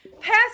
Pass